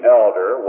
elder